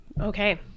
Okay